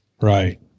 Right